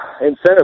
incentive